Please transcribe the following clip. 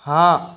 हाँ